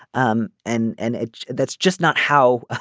um and and that's just not how. ah